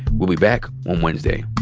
we'll be back on wednesday